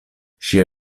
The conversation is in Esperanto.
ŝiaj